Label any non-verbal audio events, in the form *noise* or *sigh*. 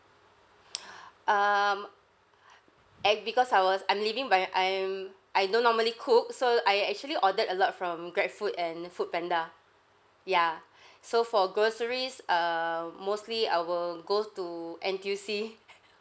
*breath* um *breath* eg~ bebecause I was I'm living by I'm I don't normally cook so I actually ordered a lot from grabfood and foodpanda ya *breath* so for groceries err mostly I will go to N_T_U_C *breath*